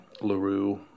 LaRue